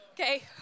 Okay